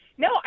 No